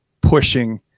pushing